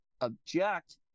object